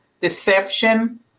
deception